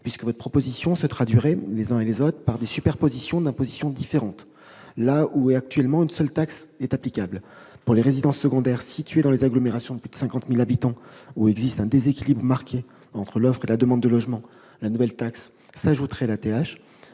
puisque votre proposition se traduirait par des superpositions d'impositions différentes, là où une seule taxe est actuellement applicable. Pour les résidences secondaires situées dans les agglomérations de plus de 50 000 habitants où existe un déséquilibre marqué entre l'offre et la demande de logements, la nouvelle taxe s'ajouterait à la